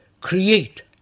create